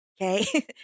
Okay